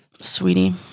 Sweetie